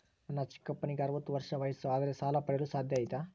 ನನ್ನ ಚಿಕ್ಕಪ್ಪನಿಗೆ ಅರವತ್ತು ವರ್ಷ ವಯಸ್ಸು ಆದರೆ ಸಾಲ ಪಡೆಯಲು ಸಾಧ್ಯ ಐತಾ?